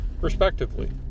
respectively